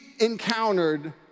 encountered